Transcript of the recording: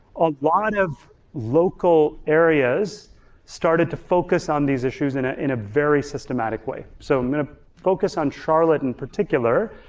a lot of local areas started to focus on these issues in ah in a very systematic way. so i'm gonna focus on charlotte in particular.